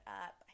up